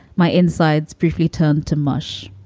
my insides briefly turned to mush,